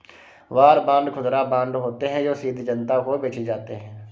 war bond खुदरा bond होते हैं जो सीधे जनता को बेचे जाते हैं